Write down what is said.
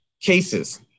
cases